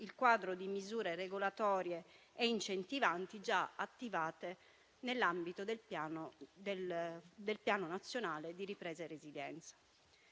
il quadro di misure regolatorie e incentivanti già attivate in ambito del Piano nazionale di ripresa e resilienza.